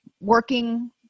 working